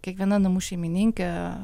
kiekviena namų šeimininkė